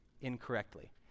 incorrectly